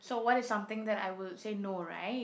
so what is something that I will say no right